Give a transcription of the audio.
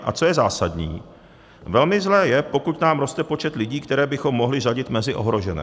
A co je zásadní, velmi zlé, je, pokud nám roste počet lidí, které bychom mohli řadit mezi ohrožené.